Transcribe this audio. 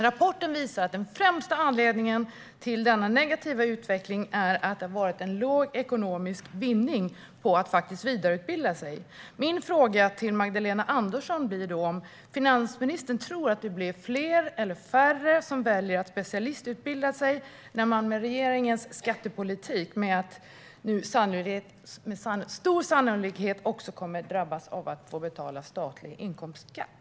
Rapporten visar att den främsta anledningen till den negativa utvecklingen är att den ekonomiska vinningen av att vidareutbilda sig har varit liten. Min fråga till Magdalena Andersson är: Tror finansministern att det blir fler eller färre som väljer att specialistutbilda sig när man med regeringens skattepolitik med stor sannolikhet kommer att drabbas av att få betala statlig inkomstskatt?